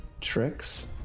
tricks